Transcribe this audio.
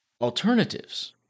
alternatives